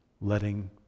letting